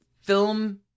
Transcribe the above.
film